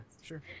sure